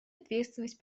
ответственность